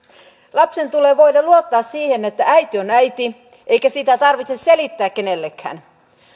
lapsen tulee voida luottaa siihen että äiti on äiti eikä sitä tarvitse selittää kenellekään